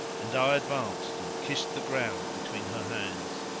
and i advanced and kissed the ground between her hands.